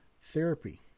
therapy